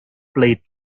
played